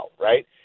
right